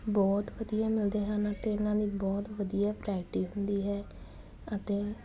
ਬਹੁਤ ਵਧੀਆ ਮਿਲਦੇ ਹਨ ਤੇ ਇਹਨਾਂ ਦੀ ਬਹੁਤ ਵਧੀਆ ਵਰਾਇਟੀ ਹੁੰਦੀ ਹੈ ਅਤੇ